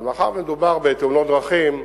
אבל מאחר שמדובר בתאונות דרכים,